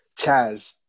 Chaz